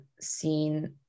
seen